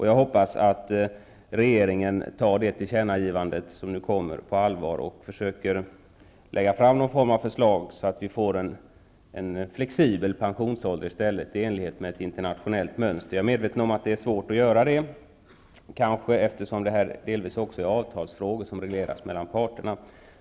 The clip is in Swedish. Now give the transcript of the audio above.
Jag hoppas att regeringen tar det tillkännagivande, som nu skall göras, på allvar och lägger fram någon form av förslag så att vi får en flexibel pensionsålder enligt internationellt mönster. Jag är medveten om att det är svårt att göra detta, kanske bl.a. därför att detta delvis också är avtalsfrågor, som regleras mellan parterna.